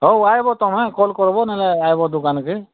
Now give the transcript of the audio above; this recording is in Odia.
ହଉ ଆଇବୋ ତମେ କଲ୍ କରବୋ ନହେଲେ ଆଇବୋ ଦୁକାନକେ